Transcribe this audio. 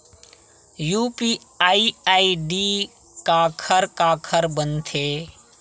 UPI ID काखर काखर बनथे?